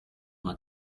ona